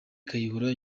kayihura